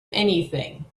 anything